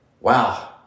Wow